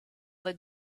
that